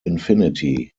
infinity